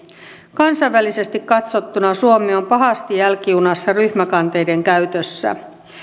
kansainvälisesti katsottuna suomi on pahasti jälkijunassa ryhmäkanteiden käytössä